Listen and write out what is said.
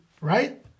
Right